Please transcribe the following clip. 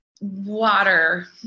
water